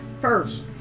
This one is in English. First